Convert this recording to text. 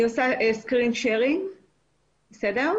אין שם הרבה ריסון מצד אחד,